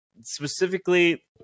Specifically